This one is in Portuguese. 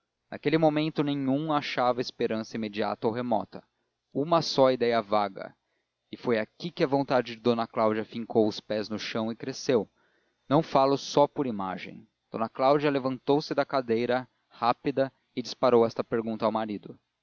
naquele momento nenhum achava esperança imediata ou remota uma só ideia vaga e foi aqui que a vontade de d cláudia fincou os pés no chão e cresceu não falo só por imagem d cláudia levantou-se da cadeira rápida e disparou esta pergunta ao marido